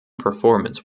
performance